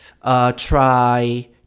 try